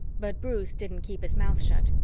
but bruce didn't keep his mouth shut.